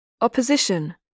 Opposition